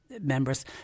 members